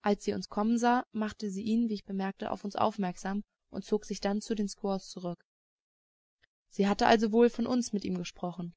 als sie uns kommen sah machte sie ihn wie ich bemerkte auf uns aufmerksam und zog sich dann zu den squaws zurück sie hatte also wohl von uns mit ihm gesprochen